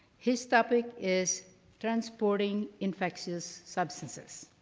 his topic is transporting infectious substances.